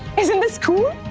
isn't this cool?